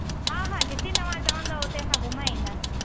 हा हा जिते तव्हां चवंदव हुते असां घुमाइ ईंदासीं